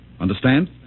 Understand